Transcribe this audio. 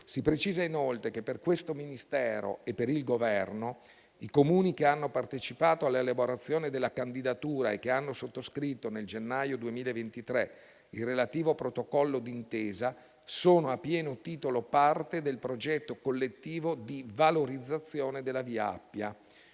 Si precisa inoltre che per questo Ministero e per il Governo i Comuni che hanno partecipato all'elaborazione della candidatura e che hanno sottoscritto nel gennaio 2023 il relativo protocollo d'intesa sono a pieno titolo parte del progetto collettivo di valorizzazione della via Appia.